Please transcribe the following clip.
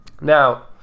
Now